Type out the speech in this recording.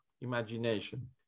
imagination